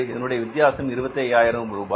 இதனுடைய வித்தியாசம் 25000 ரூபாய்